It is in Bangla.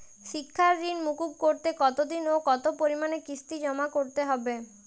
শিক্ষার ঋণ মুকুব করতে কতোদিনে ও কতো পরিমাণে কিস্তি জমা করতে হবে?